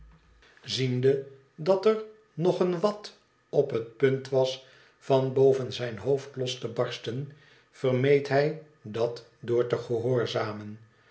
ziende dat er nog een i wat op het punt was van boven zijn hoofd los te barsten vermeed hij dat door te gehoorzamen